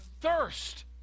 thirst